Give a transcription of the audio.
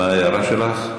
מה ההערה שלך?